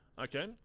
Okay